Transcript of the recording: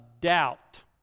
doubt